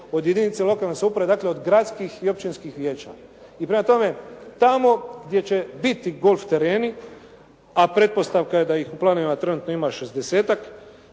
od jedinice lokalne samouprave, dakle od gradskih i općinskih vijeća. I prema tome, tamo gdje će biti golf tereni, a pretpostavka je da ih u planovima trenutno ima